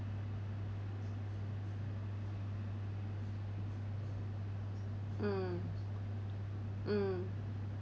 mm mm